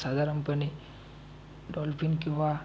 साधारणपणे डॉल्फिन किंवा